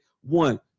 One